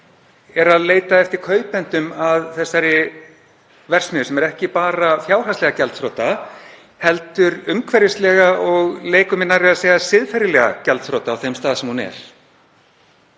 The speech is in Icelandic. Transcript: er að leita eftir kaupendum að þessari verksmiðju, sem er ekki bara fjárhagslega gjaldþrota heldur umhverfislega og mér leikur nærri að segja siðferðilega gjaldþrota á þeim stað sem hún er.